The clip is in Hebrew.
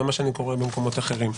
גם מה שאני קורא במקומות אחרים,